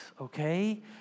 Okay